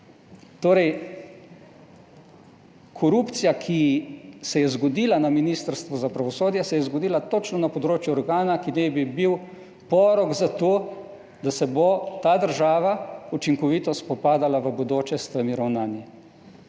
korupcija, ki se je zgodila na Ministrstvu za pravosodje, se je zgodila točno na področju organa, ki naj bi bil porok za to, da se bo ta država učinkovito spopadala v bodoče s temi ravnanji.